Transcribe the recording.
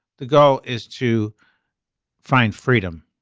the goal is to find freedom.